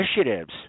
initiatives